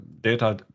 data